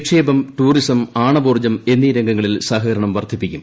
നിക്ഷേപം ടൂറിസം ആണവോർജ്ജം എന്നീ രംഗങ്ങളിൽ സഹകരണം വർദ്ധിപ്പിക്കും